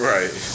Right